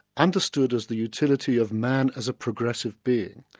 understood as the utility of man as a progressive being.